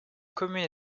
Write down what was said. commune